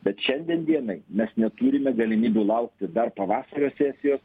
bet šiandien dienai mes neturime galimybių laukti dar pavasario sesijos